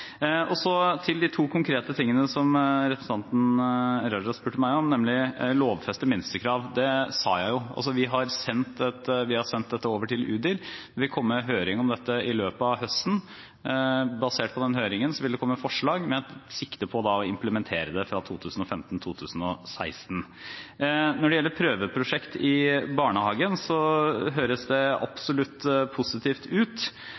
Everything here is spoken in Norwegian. Så til de to konkrete tingene som representanten Raja spurte meg om, nemlig å lovfeste minstekrav. Det sa jeg jo. Vi har altså sendt dette over til Utdanningsdirektoratet. Det vil komme en høring om dette i løpet av høsten. Basert på den høringen vil det komme et forslag med sikte på å implementere det fra 2015/2016. Når det gjelder prøveprosjekt i barnehagen, så høres det absolutt positivt ut,